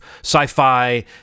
sci-fi